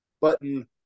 button